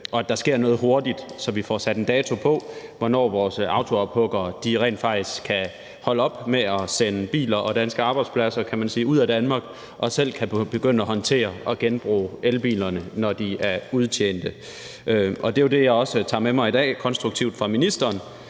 og at der sker noget hurtigt, så vi får sat en dato på, hvornår vores autoophuggere rent faktisk kan holde op med at sende biler og danske arbejdspladser, kan man sige, ud af Danmark og selv kan begynde at håndtere at genbruge elbilerne, når de er udtjente. Det, jeg også tager konstruktivt med mig